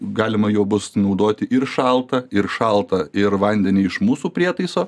galima juo bus naudoti ir šaltą ir šaltą ir vandenį iš mūsų prietaiso